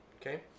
Okay